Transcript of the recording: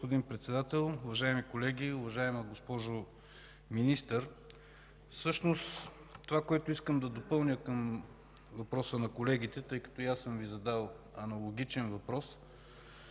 Благодаря, господин Председател. Уважаеми колеги, уважаема госпожо Министър! Всъщност това, което искам да допълня към въпроса на колегите, тъй като и аз съм Ви задал аналогичен въпрос,